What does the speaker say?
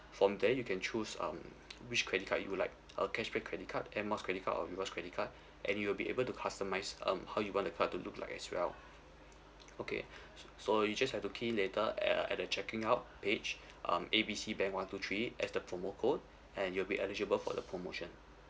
from there you can choose um which credit card you would like a cashback credit card Air Miles credit card or rewards credit card and you will be able to customise um how you want the card to look like as well okay s~ so you just have to key in later at a at the checking out page um A B C bank one two three add the promo code and you will be eligible for the promotion